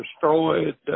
destroyed